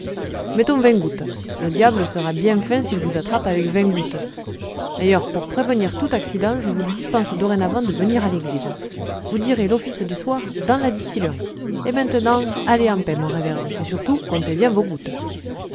mettons vingt gouttes le diable sera bien fin s'il vous attrape avec vingt gouttes d'ailleurs pour prévenir tout accident je vous dispense dorénavant de venir à l'église vous direz l'office du soir dans la distillerie et maintenant allez en paix mon révérend et surtout comptez bien vos gouttes